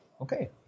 Okay